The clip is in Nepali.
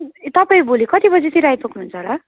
ए तपाईँ भोलि कति बजेतिर आइपुग्नुहुन्छ होला